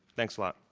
thanks a lot.